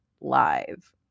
live